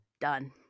done